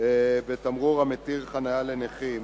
בתמרור המתיר חנייה לנכים)